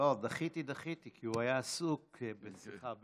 דחיתי ודחיתי כי הוא היה עסוק בשיחה.